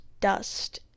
dust